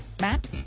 Matt